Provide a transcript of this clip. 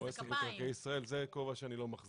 מועצת מקרקעי ישראל זה כובע שאני לא מחזיק בו.